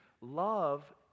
Love